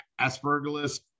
aspergillus